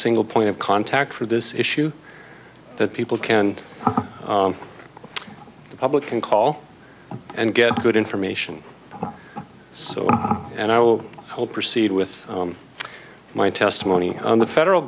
single point of contact for this issue that people can the public can call and get good information so and i will hold proceed with my testimony on the federal